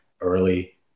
early